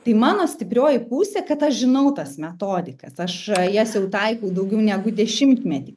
tai mano stiprioji pusė kad aš žinau tas metodikas aš jas jau taikau daugiau negu dešimtmetį